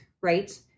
Right